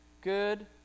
Good